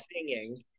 singing